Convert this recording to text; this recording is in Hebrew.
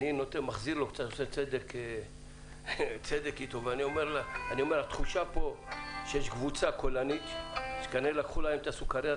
אני אומר שהתחושה כאן שיש קבוצה קולנית שכנראה לקחו להם את הסוכרייה